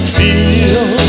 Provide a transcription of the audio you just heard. feel